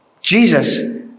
Jesus